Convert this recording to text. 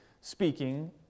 speaking